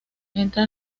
entra